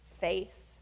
faith